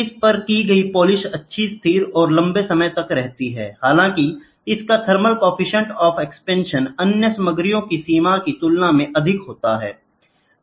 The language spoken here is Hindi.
इस पर की गई पॉलिश अच्छी स्थिर और लंबे समय तक रहती है हालांकि इसका थर्मल कॉफीसेंट ऑफ एक्सपेंशन अन्य सामग्री की सीमाओं की तुलना में अधिक होता है